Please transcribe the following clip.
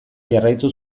jarraitu